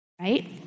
right